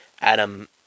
Adam